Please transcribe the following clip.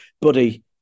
buddy